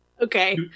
Okay